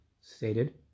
stated